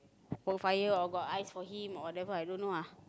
got fire or got eyes for him or whatever I don't know ah